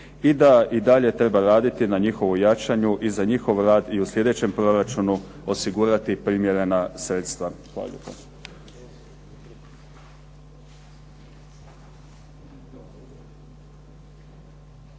i da i dalje treba raditi na njihovu jačanju i za njihov rad i u sljedećem proračunu osigurati primjerena sredstva. Hvala